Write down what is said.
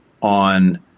on